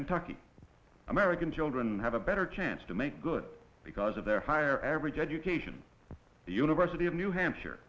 kentucky american children have a better chance to make good because of their higher average education the university of new hampshire